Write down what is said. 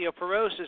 osteoporosis